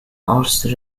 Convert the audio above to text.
ulster